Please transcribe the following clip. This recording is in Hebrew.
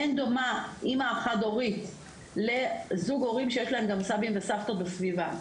אין דומה אימא חד-הורית לזוג הורים שיש להם גם סבים וסבתות בסביבה.